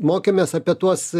mokėmės apie tuos